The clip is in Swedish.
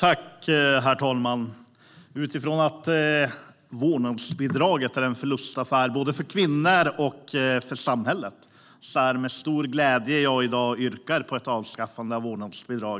Herr talman! Utifrån att vårdnadsbidraget är en förlustaffär både för kvinnor och för samhället är det med stor glädje som jag yrkar på ett avskaffande av